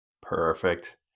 Perfect